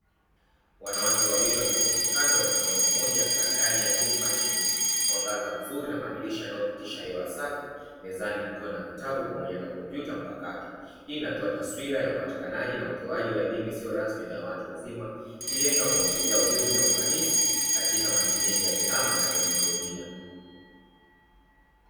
Wanawake wawili wameketi kando ya mwanaume mmoja ndani ya chumba chenye mwangaza mzuri na madirisha yanapitisha hewa safi, mezani kukiwa na vitabu pamoja na kompyuta mpakato. Hii inatoa taswira ya upatikanaji na utoaji wa elimu isiyo rasmi na ya watu wazima ikilenga kuwaongezea ujuzi na ufanisi katika matumizi ya tehama na teknolojia.